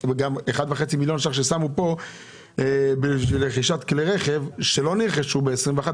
גם מיליון וחצי שקלים ששמו כאן לרכישת כלי רכב שלא נרכשו ב-2021,